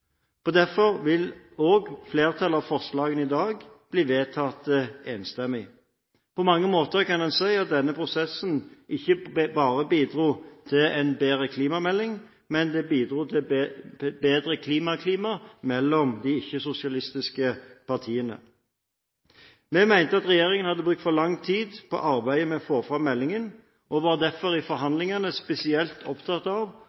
om. Derfor vil også flertallet av forslagene i dag bli vedtatt enstemmig. Man kan på mange måter si at denne prosessen ikke bare bidro til en bedre klimamelding, men den bidro også til et bedre klima-klima mellom de ikke-sosialistiske partiene. Vi mente at regjeringen hadde brukt for lang tid på arbeidet med å få ferdig meldingen, og var derfor i forhandlingene spesielt opptatt av